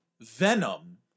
Venom